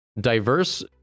Diverse